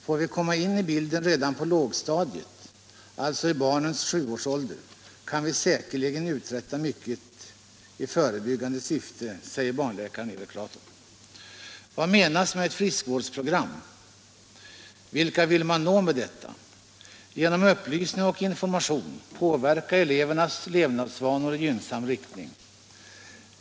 ”Får vi komma in i bilden redan på lågstadiet, alltså i barnens sjuårsålder, kan vi säkerligen uträtta mycket i förebyggande syfte”, säger barnläkaren Erik Rato. Herr talman! Vad menas med ett friskvårdsprogram? Vilka vill man nå med detta? - Genom upplysning och information påverka elevernas levnadsvanor i gynnsam riktning.